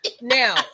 now